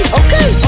okay